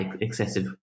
excessive